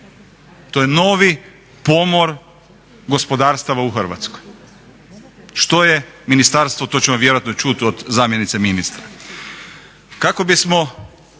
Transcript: To je novi pomor gospodarstava u Hrvatskoj. Što je ministarstvo, to ćemo vjerojatno čut od zamjenice ministra.